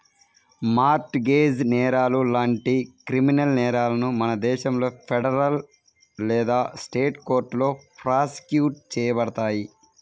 mart gauge నేరాలు లాంటి criminal నేరాలను మన దేశంలో ఫెడరల్ లేదా స్టేట్ కోర్టులో ప్రాసిక్యూట్ చేయబడతాయి